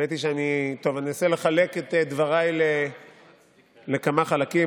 אני אנסה לחלק את דבריי לכמה חלקים.